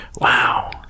Wow